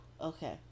okay